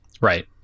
right